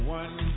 one